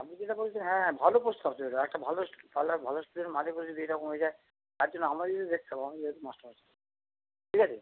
আপনি যেটা বলছেন হ্যাঁ হ্যাঁ ভালো প্রস্তাব তো এটা একটা ভালো পাল্লায় ভালো স্টুডেন্ট মাঝে পড়ে যদি এরকম হয়ে যায় তার জন্য আমাদেরই তো দেখতে হবে আমরা যেহেতু মাস্টারমশাই ঠিক আছে